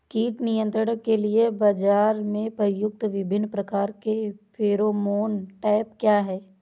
कीट नियंत्रण के लिए बाजरा में प्रयुक्त विभिन्न प्रकार के फेरोमोन ट्रैप क्या है?